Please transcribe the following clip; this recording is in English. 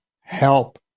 help